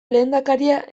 lehendakaria